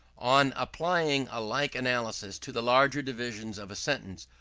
on applying a like analysis to the larger divisions of a sentence,